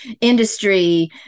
industry